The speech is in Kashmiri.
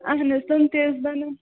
اَہَن حظ تِم تہِ حظ بَنان